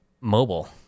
mobile